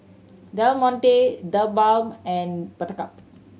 Del Monte TheBalm and Buttercup